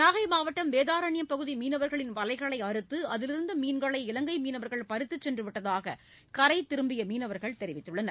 நாகை மாவட்டம் வேதாரண்யம் பகுதி மீனவரின் வலைகளை அறுத்து அதிலிருந்த மீன்களை இலங்கை மீனவர்கள் பறித்துச் சென்றுவிட்டதாக கரைத் திரும்பிய மீனவர்கள் தெரிவித்துள்ளனர்